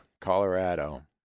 Colorado